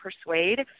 persuade